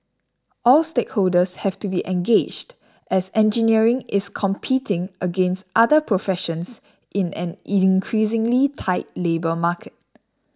all stakeholders have to be engaged as engineering is competing against other professions in an increasingly tight labour market